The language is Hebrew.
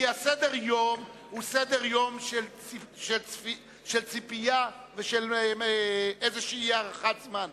כי סדר-היום הוא סדר-יום של ציפייה ושל איזו הערכת זמן.